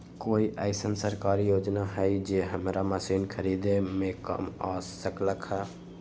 कोइ अईसन सरकारी योजना हई जे हमरा मशीन खरीदे में काम आ सकलक ह?